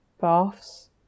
baths